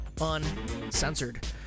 uncensored